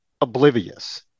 oblivious